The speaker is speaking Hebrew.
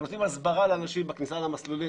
הם נותנים הסברה לאנשים בכניסה למסלולים,